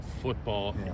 Football